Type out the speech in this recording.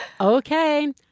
okay